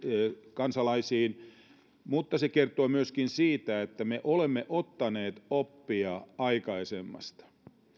kansalaisiin mutta se kertoo myöskin siitä että me olemme ottaneet oppia aikaisemmasta